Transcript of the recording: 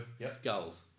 Skulls